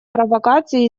провокаций